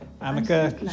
Amica